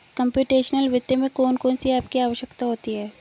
computational वित्त में कौन कौन सी एप की आवश्यकता होती है